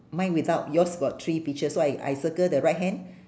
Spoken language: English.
mine without yours got three peaches so I I circle the right hand